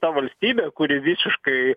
ta valstybė kuri visiškai